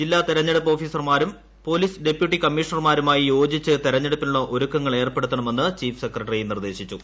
ജില്ലാ തെരഞ്ഞെടുപ്പ് ഓഫീസർമാരും പോലീസ് ഡെപ്യൂട്ടി കമ്മീഷണർമാരുമായി യോജിച്ച് തെരഞ്ഞെടുപ്പിനുള്ള ഒരുക്കങ്ങൾ ഏർപ്പെടുത്തണമെന്ന് ചീഫ് സെക്രട്ടറി നിർദ്ദേശിച്ചു